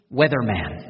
weatherman